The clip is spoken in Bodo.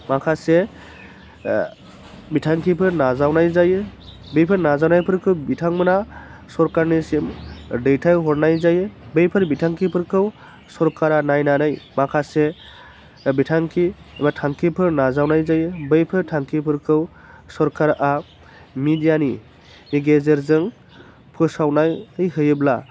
माखासे बिथांखिफोर नाजावनाय जायो बैफोर नाजावनायफोरखौ बिथांमोनहा सरखारनिसिम दैथायहरनाय जायो बैफोर बिथांखिफोरखौ सरखारा नायनानै माखासे बिथांखि एबा थांखिफोर नाजावनाय जायो बैफोर थांखिफोरखौ सरखारा मिडियानि गेजेरजों फोसावनानै होयोब्ला